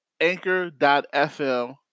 anchor.fm